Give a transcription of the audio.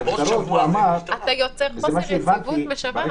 אתה יוצר חוסר יציבות משוועת.